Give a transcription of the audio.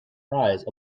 rise